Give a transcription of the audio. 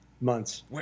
months